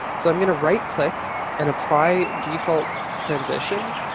so i'm going to right click and apply default transition.